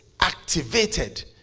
activated